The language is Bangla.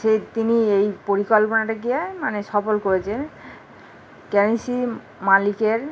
সে তিনি এই পরিকল্পনাটাকে মানে সফল করেছেন ক্যাসিনো মালিকের